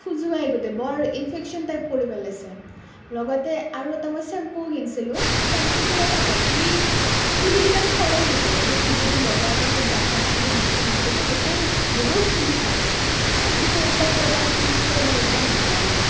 খজুৱাই গোটেই বৰ ইনফেকচন টাইপ কৰি পেলাইছে লগতে আৰু এটা মই চেম্পুও কিনিছিলোঁ চেম্পুটোৰ আৰু হ'ল কি চুলি কেইডাল সৰে গোটেই সেইটো যদি লগোৱাৰ পিছত গামোচাখনেদি মূৰটো মুচি দিওঁ গোটেই বহুত চুলি সৰে গতিকে এই দুটা প্ৰডাক্ট ইউজ কৰি মোৰ একদম ভাল লগা নাই